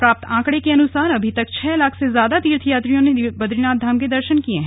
प्राप्त आंकड़ों के अनुसार अभी तक छह लाख से ज्याद तीर्थयात्रियों ने बदरीनाथ धाम के दान किए हैं